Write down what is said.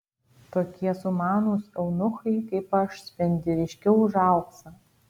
tokie sumanūs eunuchai kaip aš spindi ryškiau už auksą